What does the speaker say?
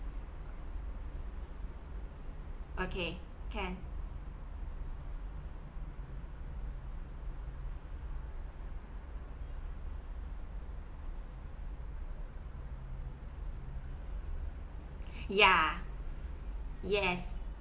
okay can yeah yes